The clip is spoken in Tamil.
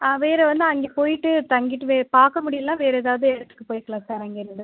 வேறு வந்து அங்கே போய்ட்டு தங்கிவிட்டு வே பார்க்க முடியலன்னா வேறு ஏதாவது இடத்துக்கு போய்க்கலாம் சார் அங்கேயிருந்து